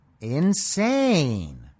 insane